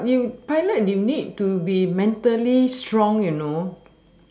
but you pilot you need to be mentally strong you know